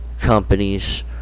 companies